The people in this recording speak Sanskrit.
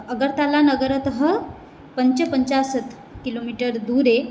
अगर्तलानगरतः पञ्चपञ्चाशत् किलोमीटर् दूरे